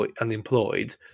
unemployed